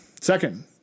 Second